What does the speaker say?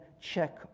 check